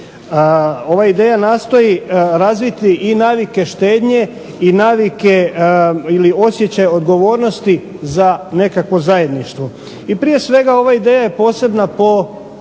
Ova ideja nastoji razviti i navike štednje i navike osjećaja odgovornosti za nekakvo zajedništvo. I prije svega ova ideja je posebna po